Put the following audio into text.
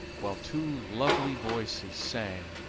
while two lovely voices sang